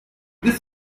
this